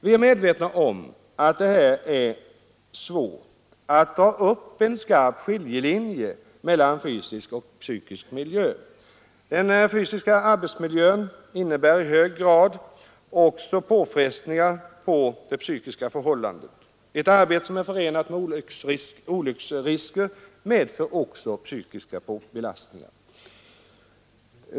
Vi är medvetna om att det är svårt att dra upp en skarp skiljelinje mellan fysisk och psykisk miljö. Den fysiska arbetsmiljön innebär i hög grad också påfrestningar på den psykiska hälsan. Ett arbete som är förenat med olycksrisker medför även psykiska belastningar.